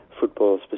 football